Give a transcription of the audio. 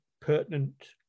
pertinent